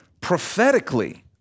Prophetically